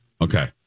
Okay